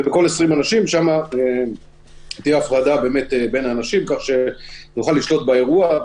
ובכל 20 אנשים תהיה הפרדה בין האנשים כך שנוכל לשלוט באירוע,